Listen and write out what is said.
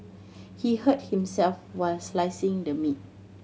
he hurt himself while slicing the meat